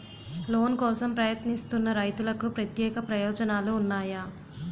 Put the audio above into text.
Loan కోసం ప్రయత్నిస్తున్న రైతులకు ప్రత్యేక ప్రయోజనాలు ఉన్నాయా?